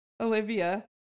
Olivia